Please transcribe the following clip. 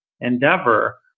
endeavor